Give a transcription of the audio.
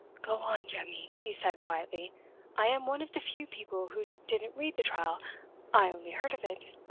go on, jemmy, he said, quietly i am one of the few people who didn't read the trial i only heard of it.